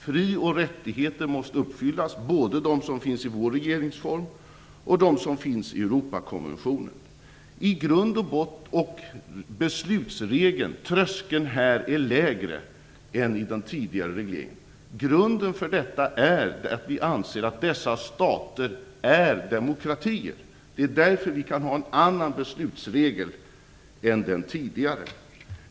Fri och rättigheter måste uppfyllas, både de som finns i vår regeringsform och de som finns i Europakonventionen. Tröskeln här är lägre än i den tidigare regleringen. Grunden för detta är att vi anser att dessa stater är demokratier. Det är därför vi kan ha en annan beslutsregel än den tidigare.